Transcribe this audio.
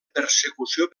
persecució